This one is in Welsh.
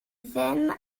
ddim